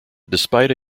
despite